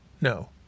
no